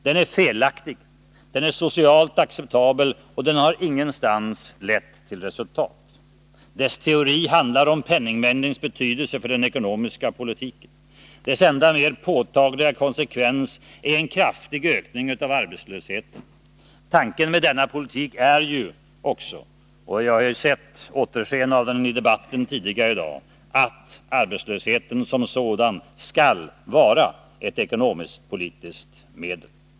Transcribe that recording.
Den är felaktig, socialt oacceptabel och har ingenstans lett till avsett resultat. Dess teori handlar om penningmängdens betydelse för den ekonomiska politiken. Dess enda mer påtagliga konsekvens är en kraftig ökning av arbetslösheten. Tanken med denna politik är också — och vi har ju sett återsken av den i debatten tidigare i dag — att arbetslösheten som sådan skall vara ett ekonomiskt-politiskt medel.